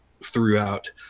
throughout